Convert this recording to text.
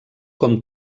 com